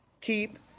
Keep